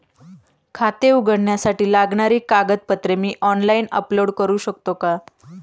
खाते उघडण्यासाठी लागणारी कागदपत्रे मी ऑनलाइन अपलोड करू शकतो का?